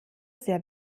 sehr